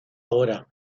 ahora